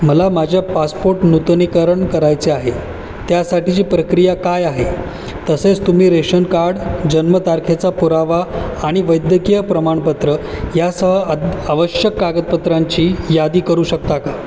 मला माझ्या पासपोट नूतनीकरण करायचे आहे त्यासाठीची प्रक्रिया काय आहे तसेच तुम्ही रेशन काड जन्मतारखेचा पुरावा आणि वैद्यकीय प्रमाणपत्र यासह आवश्यक कागदपत्रांची यादी करू शकता का